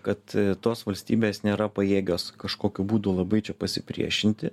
kad tos valstybės nėra pajėgios kažkokiu būdu labai čia pasipriešinti